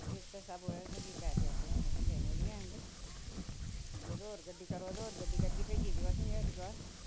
इक ते सब असें फ्ही पैसे पुसे हून तुसेंगी देने नि हैन ते जेकर होर गड्डी करो ते होर गड्डी करियै भेजी ओड़ेओ असेंगी हरिद्वार